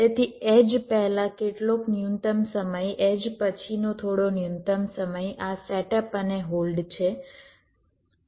તેથી એડ્જ પહેલા કેટલોક ન્યુનતમ સમય એડ્જ પછીનો થોડો ન્યુનતમ સમય આ સેટઅપ અને હોલ્ડ છે